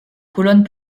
colonnes